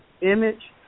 image